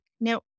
Now